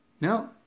No